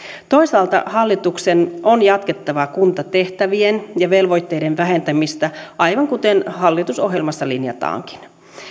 toisaalta hallituksen on jatkettava kuntatehtävien ja velvoitteiden vähentämistä aivan kuten hallitusohjelmassa linjataankin